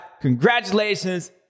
Congratulations